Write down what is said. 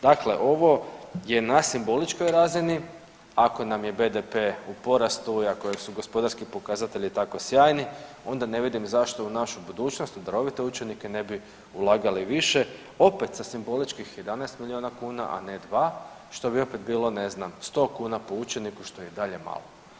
Dakle, ovo je na simboličkoj razini ako nam je BDP u porastu i ako su gospodarski pokazatelji tako sjajni onda ne vidim zašto u našoj budućnosti u darovite učenike ne bi ulagali više opet sa simboličkih 11 milijuna kuna, a ne dva što bi opet bilo ne znam 100 kuna po učeniku što je i dalje malo.